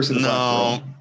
No